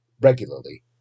regularly